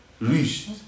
Reach